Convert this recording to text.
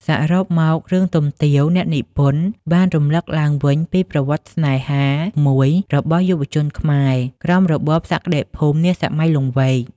សរុបមករឿងទុំទាវអ្នកនិពន្ធបានរំលឹកឡើងវិញពីប្រវត្តិស្នេហាមួយរបស់យុវជនខ្មែរ ក្រោមរបបសក្តិភូមិនាសម័យលង្វែក ។